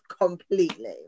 completely